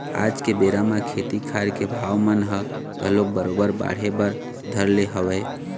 आज के बेरा म खेती खार के भाव मन ह घलोक बरोबर बाढ़े बर धर ले हवय